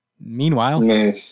Meanwhile